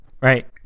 right